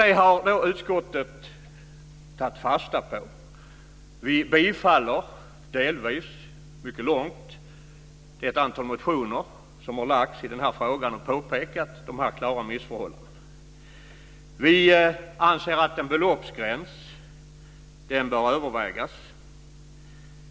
Det har utskottet tagit fasta på. Vi bifaller delvis ett antal motioner som har väckts i den här frågan där man har påpekat de här klara missförhållandena. Vi anser att en beloppsgräns bör övervägas.